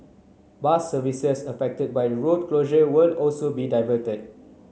bus services affected by the road closures will also be diverted